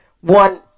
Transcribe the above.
one